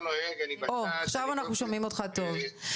עכשיו אנחנו שומעים אותך טוב.